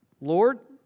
Lord